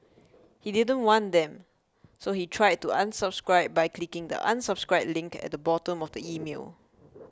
he didn't want them so he tried to unsubscribe by clicking the unsubscribe link at the bottom of the email